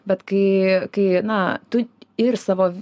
bet kai kai na tu ir savo